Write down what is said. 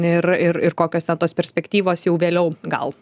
ir ir ir kokios ten tos perspektyvos jau vėliau gal